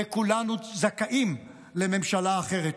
וכולנו זכאים לממשלה אחרת.